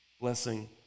Blessing